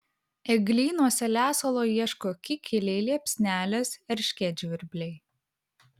eglynuose lesalo ieško kikiliai liepsnelės erškėtžvirbliai